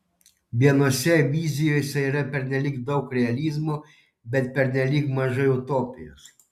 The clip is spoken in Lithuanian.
vienose vizijose yra pernelyg daug realizmo bet pernelyg mažai utopijos